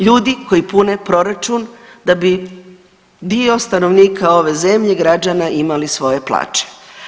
Ljudi koji pune proračun da bi dio stanovnika ove zemlje, građana imali svoje plaće.